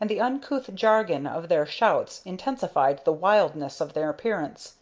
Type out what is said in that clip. and the uncouth jargon of their shouts intensified the wildness of their appearance.